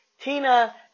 Tina